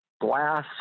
glass